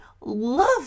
love